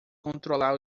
controlar